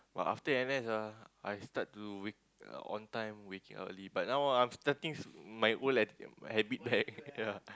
but after N_S ah I start to wake on time waking up early but now I'm starting my old attitude habit back yea